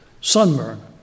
sunburn